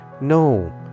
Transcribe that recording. no